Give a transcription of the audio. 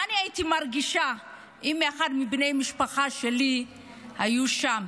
מה הייתי מרגישה אם אחד מבני המשפחה שלי היה שם,